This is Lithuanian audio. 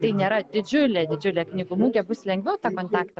tai nėra didžiulė didžiulė knygų mugė bus lengviau tą kontaktą